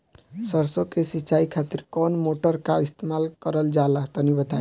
सरसो के सिंचाई खातिर कौन मोटर का इस्तेमाल करल जाला तनि बताई?